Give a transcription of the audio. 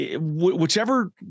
whichever